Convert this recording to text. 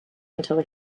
until